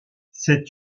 cette